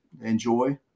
enjoy